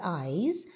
eyes